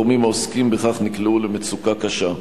הגורמים העוסקים בכך נקלעו למצוקה קשה.